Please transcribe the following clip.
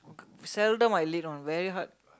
seldom I late one very hard